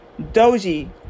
doji